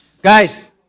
Guys